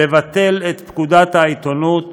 לבטל את פקודת העיתונות,